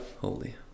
holy